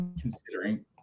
considering